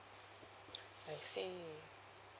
I see